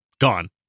Gone